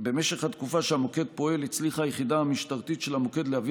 במשך התקופה שהמוקד פועל הצליחה היחידה המשטרתית של המוקד להביא